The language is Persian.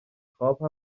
خواب